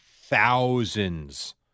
thousands